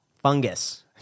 Fungus